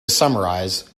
summarize